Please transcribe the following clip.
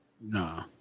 Nah